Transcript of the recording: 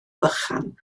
vychan